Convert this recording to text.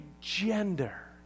gender